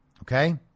okay